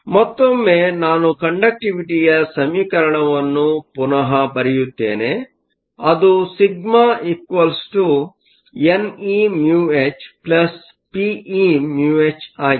ಮತ್ತೊಮ್ಮೆ ನಾನು ಕಂಡಕ್ಟಿವಿಟಿಯ ಸಮೀಕರಣವನ್ನು ಪುನಃ ಬರೆಯುತ್ತೇನೆಅದು σ neμh peμh ಆಗಿದೆ